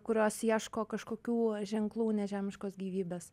kurios ieško kažkokių ženklų nežemiškos gyvybės